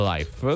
Life